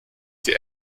die